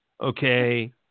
okay